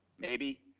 maybe,